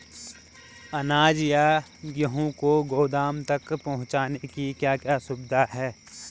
अनाज या गेहूँ को गोदाम तक पहुंचाने की क्या क्या सुविधा है?